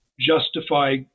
justify